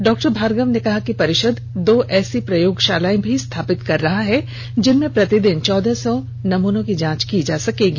doctor Bhargava ने कहा कि परिषद दो ऐसी प्रयोगशालाएं भी स्थापित कर रहा है जिनमें प्रतिदिन चौदह सौ नमूनों की जांच की जा सकेगी